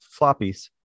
floppies